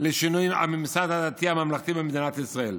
לשינוי הממסד הדתי הממלכתי במדינת ישראל,